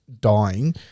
dying